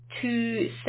two